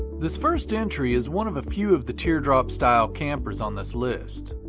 this first entry is one of a few of the teardrop-style campers on this list.